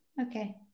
Okay